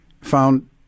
found